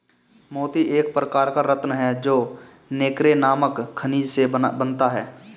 मोती एक प्रकार का रत्न है जो नैक्रे नामक खनिज से बनता है